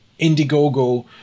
Indiegogo